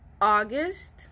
August